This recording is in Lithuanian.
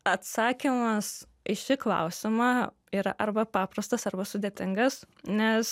atsakymas į šį klausimą yra arba paprastas arba sudėtingas nes